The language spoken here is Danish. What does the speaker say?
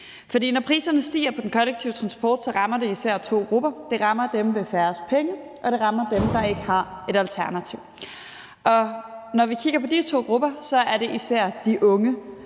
når priserne stiger på den kollektive transport, rammer de især to grupper: Det rammer dem med færrest penge, og det rammer dem, der ikke har et alternativ. Når vi kigger på de to grupper, er det især de unge,